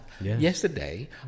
Yesterday